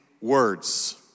words